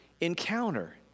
encounter